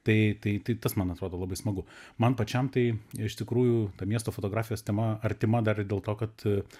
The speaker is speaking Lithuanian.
tai tai tas man atrodo labai smagu man pačiam tai iš tikrųjų ta miesto fotografijos tema artima dar ir dėl to kad